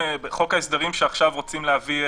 וכתוצאה מכך העובדים שלנו והשופטים נאלצים לצאת לבידוד,